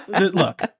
look